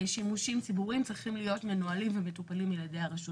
שימושים ציבוריים צריכים להיות מנוהלים ומטופלים על ידי הרשות